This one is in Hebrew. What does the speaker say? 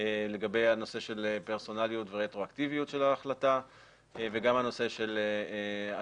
לגבי הנושא של פרסונליות ורטרואקטיביות של ההחלטה וגם הנושא של השוויון.